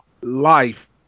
life